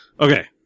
okay